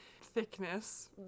thickness